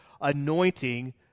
anointing